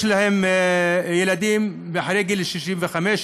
יש להם ילדים אחרי גיל 65,